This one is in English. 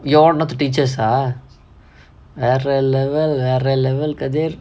you are one of the teachers ah வேற:vera level வேற:vera level kathir